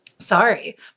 Sorry